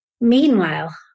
Meanwhile